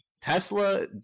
Tesla